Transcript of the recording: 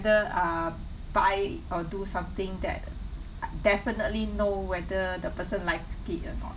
uh buy or do something that definitely know whether the person likes it or not